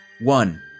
One